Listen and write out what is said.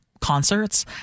concerts